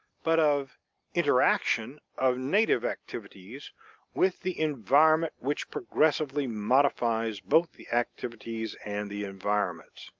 but of interaction of native activities with the environment which progressively modifies both the activities and the environment.